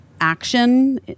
action